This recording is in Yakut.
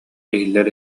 иһиллэр